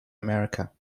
america